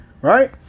Right